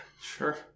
Sure